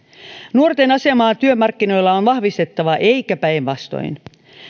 nuorten asemaa työmarkkinoilla on vahvistettava eikä päinvastoin